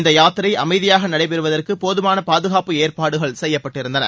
இந்த யாத்திரை அமைதியாக நடைபெறுவதற்கு போதுமான பாதுகாப்பு ஏற்பாடுகள் செய்யப்பட்டிருந்தன